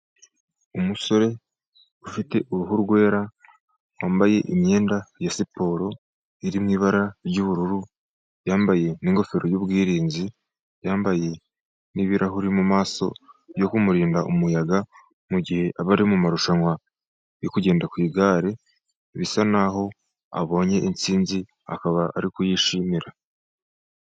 Umusore ufite uruhu rwera wambaye imyenda ya siporo iri mu ibara ry'ubururu, yambaye n'ingofero yubwirinzi, yambaye n'ibirahuri mu maso yo kumurinda umuyaga mugihe aba ari mumarushanwa yo kugenda ku igare. Bisa naho abonye intsinzi akaba ari kuyishimira.